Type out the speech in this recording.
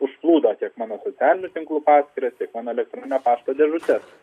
užplūdo tiek mano socialinių tinklų paskyras tiek mano elektroninio pašto dėžutes